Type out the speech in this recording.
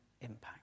impact